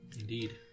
Indeed